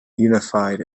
unified